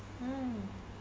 mm